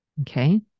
Okay